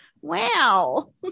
Wow